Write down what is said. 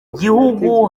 gihugu